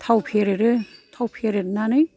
थाव फेरेदो थाव फेरेदनानै